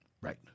Right